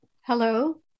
Hello